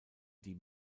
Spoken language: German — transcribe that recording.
die